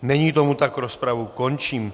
Není tomu tak, rozpravu končím.